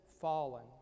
fallen